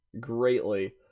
greatly